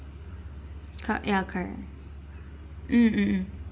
co~ ya correct mm mm mm